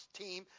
team